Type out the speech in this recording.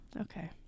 Okay